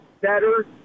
better